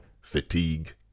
fatigue